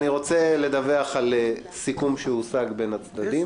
אני רוצה לדווח על סיכום שהושג בין הצדדים.